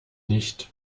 nicht